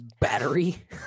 Battery